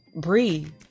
breathe